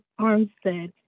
Armstead